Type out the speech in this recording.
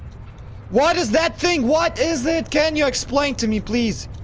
what is that thing! what is it! can you explain to me, please?